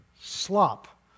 slop